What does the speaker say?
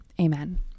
Amen